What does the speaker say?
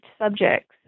subjects